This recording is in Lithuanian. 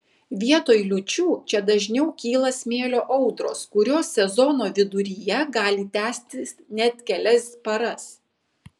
vietoj liūčių čia dažniau kyla smėlio audros kurios sezono viduryje gali tęstis net kelias paras